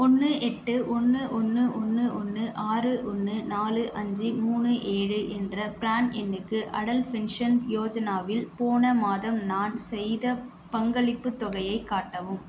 ஒன்று எட்டு ஒன்று ஒன்று ஒன்று ஒன்று ஆறு ஒன்று நாலு அஞ்சு மூணு ஏழு என்ற ப்ரான் எண்ணுக்கு அடல் ஃபென்ஷன் யோஜனாவில் போன மாதம் நான் செய்த பங்களிப்புத் தொகையைக் காட்டவும்